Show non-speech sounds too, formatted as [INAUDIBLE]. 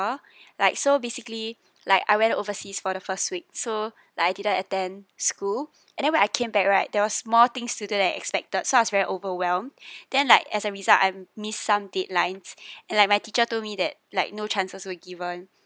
like so basically like I went overseas for the first week so like I didn't attend school and then when I came back right there were small things that I didn't expected so I was very overwhelmed [BREATH] then like as the result I missed some deadlines [BREATH] and like my teacher told me that like no chances will given